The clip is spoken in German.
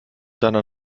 deiner